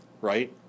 Right